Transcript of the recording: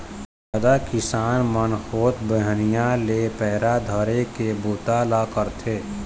जादा किसान मन होत बिहनिया ले पैरा धरे के बूता ल करथे